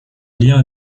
lien